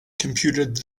computed